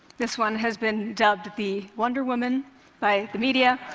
this one has been dubbed the wonder woman by the media.